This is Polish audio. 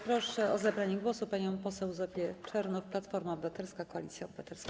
Proszę o zabranie głosu panią poseł Zofię Czernow, Platforma Obywatelska - Koalicja Obywatelska.